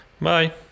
bye